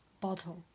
bottle